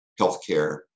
healthcare